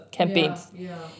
ya ya